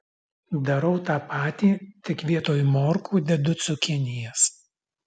darau tą patį tik vietoj morkų dedu cukinijas